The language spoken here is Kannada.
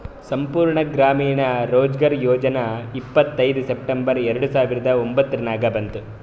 ಸಂಪೂರ್ಣ ಗ್ರಾಮೀಣ ರೋಜ್ಗಾರ್ ಯೋಜನಾ ಇಪ್ಪತ್ಐಯ್ದ ಸೆಪ್ಟೆಂಬರ್ ಎರೆಡ ಸಾವಿರದ ಒಂದುರ್ನಾಗ ಬಂತು